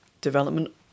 development